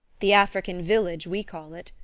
the african village, we call it,